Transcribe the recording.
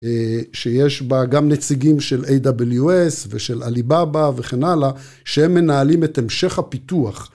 אה.. שיש בה גם נציגים של AWS ושל Alibaba וכן הלאה שהם מנהלים את המשך הפיתוח.